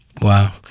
Wow